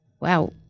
wow